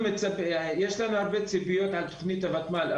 יש לנו הרבה ציפיות על תכנית הוותמ"ל,